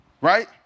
Right